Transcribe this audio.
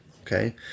okay